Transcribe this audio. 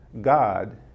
God